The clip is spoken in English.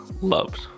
loved